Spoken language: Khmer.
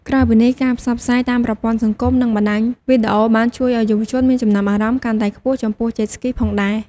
ក្រៅពីនេះ ការផ្សព្វផ្សាយតាមប្រព័ន្ធសង្គម និងបណ្តាញវីដេអូ បានជួយឲ្យយុវជនមានចំណាប់អារម្មណ៍កាន់តែខ្ពស់ចំពោះ Jet Skiផងដែរ ។